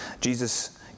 Jesus